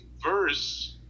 verse